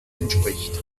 entspricht